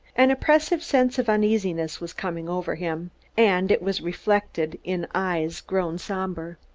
an oppressive sense of uneasiness was coming over him and it was reflected in eyes grown somber.